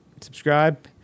Subscribe